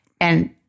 and-